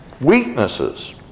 weaknesses